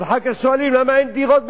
אז אחר כך שואלים, למה אין דירות בתל-אביב?